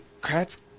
Kratz